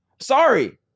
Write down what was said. sorry